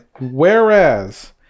Whereas